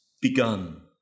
begun